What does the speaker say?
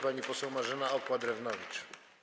Pani poseł Marzena Okła-Drewnowicz.